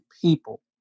people